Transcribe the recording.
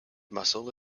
muscle